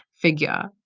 figure